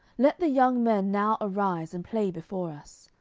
let the young men now arise, and play before us.